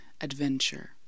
adventure